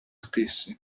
stesse